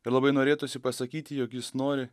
ir labai norėtųsi pasakyti jog jis nori